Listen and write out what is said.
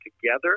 together